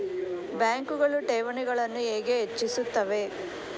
ಬ್ಯಾಂಕುಗಳು ಠೇವಣಿಗಳನ್ನು ಹೇಗೆ ಹೆಚ್ಚಿಸುತ್ತವೆ?